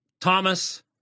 Thomas